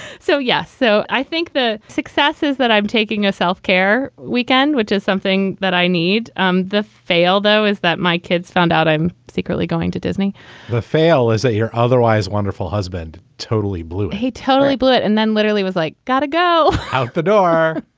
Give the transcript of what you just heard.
so, yes. so i think the successes that i'm taking a self-care weekend, which is something that i need um to fail, though, is that my kids found out i'm secretly going to disney to fail is that your otherwise wonderful husband totally blew he totally blew it. and then literally was like, got to go out the door.